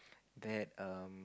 that um